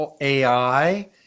AI